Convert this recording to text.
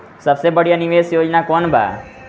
सबसे बढ़िया निवेश योजना कौन बा?